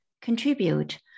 contribute